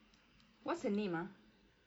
what's her name ah